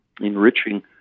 enriching